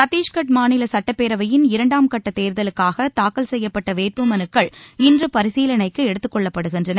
சத்தீஷ்கட் மாநில சட்டப்பேரவையின் இரண்டாம் கட்ட தேர்தலுக்காக தாக்கல் செய்யப்பட்ட வேட்பு மனுக்கள் இன்று பரிசீலனைக்கு எடுத்துக்கொள்ளப்படுகின்றன